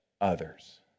others